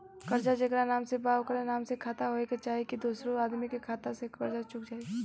कर्जा जेकरा नाम से बा ओकरे नाम के खाता होए के चाही की दोस्रो आदमी के खाता से कर्जा चुक जाइ?